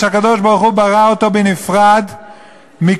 שהקדוש-ברוך-הוא ברא אותו בנפרד,